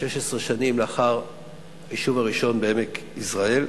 16 שנים לאחר היישוב הראשון בעמק יזרעאל.